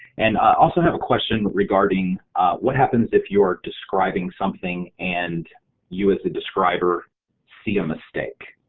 and also have question regarding what happens if you're describing something and you as a describer see a mistake.